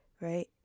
right